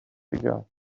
ago